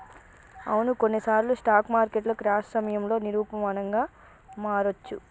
అవును కొన్నిసార్లు స్టాక్ మార్కెట్లు క్రాష్ సమయంలో నిరూపమానంగా మారొచ్చు